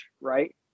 right